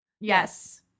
yes